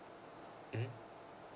mmhmm